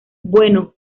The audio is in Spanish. bueno